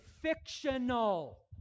fictional